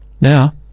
Now